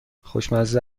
خوشمزه